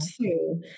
two